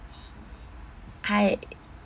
hi